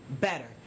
better